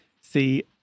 see